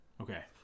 Okay